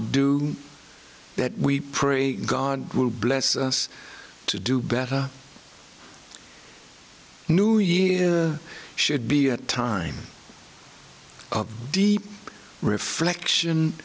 do that we pray god will bless us to do better new year should be a time of deep reflection